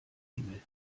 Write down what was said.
engel